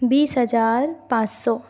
बीस हज़ार पाँच सौ